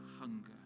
hunger